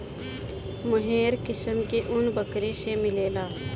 मोहेर किस्म के ऊन बकरी से मिलेला